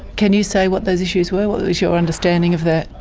can you say what those issues were, what was your understanding of that?